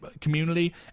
community